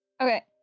Okay